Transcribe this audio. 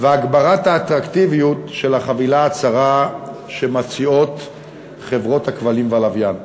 והגברת האטרקטיביות של החבילה הצרה שמציעות חברות הכבלים והלוויין.